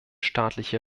staatliche